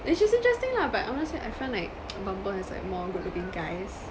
which is interesting lah but honestly I find like Bumble has like more good looking guys